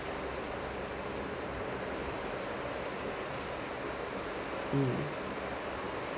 mm